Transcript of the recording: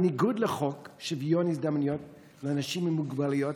בניגוד לחוק שוויון הזדמנויות לאנשים עם מוגבלויות,